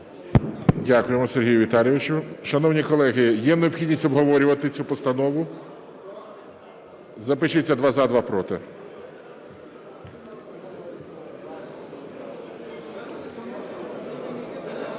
Дякуємо, Сергію Віталійовичу. Шановні колеги, є необхідність обговорювати цю постанову? Запишіться: два – за, два – проти.